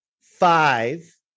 five